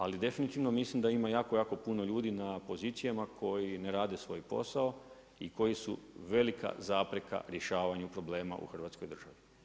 Ali definitivno mislim da ima jako jako puno ljudi na pozicijama koji ne rade svoj posao i koji su velika zapreka rješavanju problema u Hrvatskoj državi.